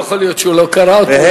לא יכול להיות שהוא לא קרא אותם,